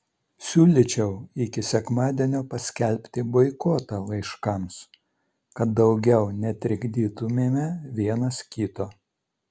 siūlyčiau iki sekmadienio paskelbti boikotą laiškams kad daugiau netrikdytumėme vienas kito